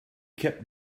kept